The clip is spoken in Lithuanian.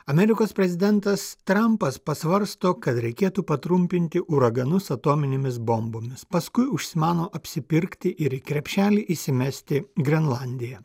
amerikos prezidentas trampas pasvarsto kad reikėtų patrumpinti uraganus atominėmis bombomis paskui užsimano apsipirkti ir į krepšelį įsimesti grenlandiją